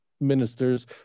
ministers